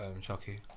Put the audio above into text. Chucky